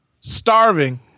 starving